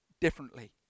differently